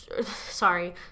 sorry